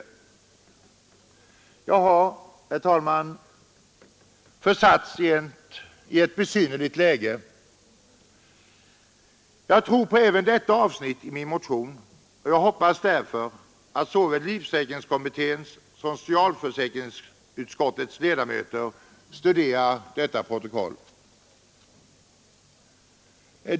Herr talman! Jag har försatts i en besynnerlig situation. Jag tror även på detta avsnitt av min motion, och jag hoppas därför att såväl livförsäkringsskattekommitténs som socialförsäkringsutskottets ledamöter studerar protokollet från dagens sammanträde.